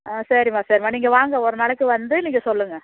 ஆ சரிம்மா சரிம்மா நீங்கள் வாங்க ஒரு நாளைக்கு வந்து நீங்கள் சொல்லுங்கள்